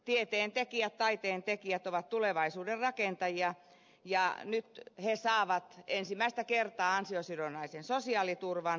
tieteentekijät taiteentekijät ovat tulevaisuuden rakentajia ja nyt he saavat ensimmäistä kertaa ansiosidonnaisen sosiaaliturvan